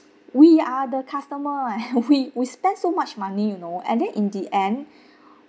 we are the customer eh we we spend so much money you know and then in the end